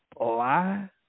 lie